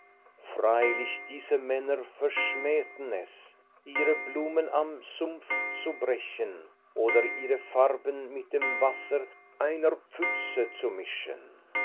freilich diese männer verschmähten es ihre blumen am sumpf zu brechen oder ihre farben mit dem wasser einer pfütze zu mischen